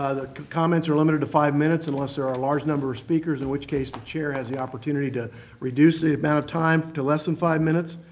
ah the comments are limited to five minutes unless there are a large number of speakers, in which case the chair has the opportunity to reduce the amount of time to less than five minutes.